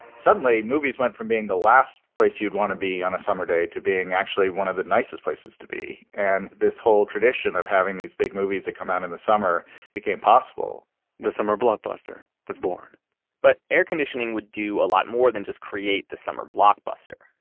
suddenly, movies went from being the last place you'd want to be on a summer day to being one of the nicest places to be. and this whole tradition of having these big movies that come out in the summer became possible the summer blockbuster was born but air conditioning would do a lot more than just create the summer blockbuster.